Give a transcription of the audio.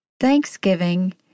Thanksgiving